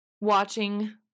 watching